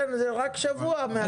זה רק שבוע מהיום.